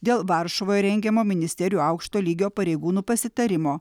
dėl varšuvoje rengiamo ministerijų aukšto lygio pareigūnų pasitarimo